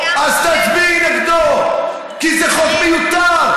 אז תצביעי נגדו, כי זה חוק מיותר.